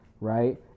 right